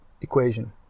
equation